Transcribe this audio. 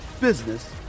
business